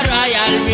Royal